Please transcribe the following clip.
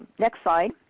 next slide.